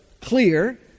clear